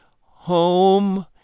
Home